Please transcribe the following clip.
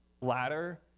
ladder